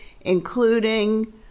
including